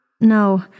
No